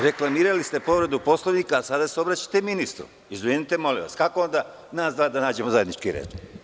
Reklamirali ste povredu Poslovnika, a sada se obraćate ministru, izvinite molim vas, kako onda nas dvoje da nađemo zajedničku reč?